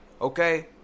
okay